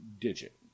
digit